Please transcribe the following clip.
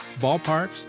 ballparks